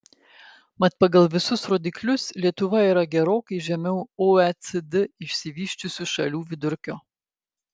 mat pagal visus rodiklius lietuva yra gerokai žemiau oecd išsivysčiusių šalių vidurkio